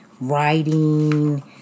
writing